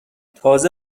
تازه